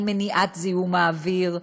על מניעת זיהום האוויר,